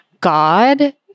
God